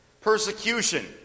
persecution